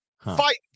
fight